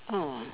oh